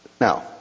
Now